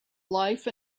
life